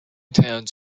towns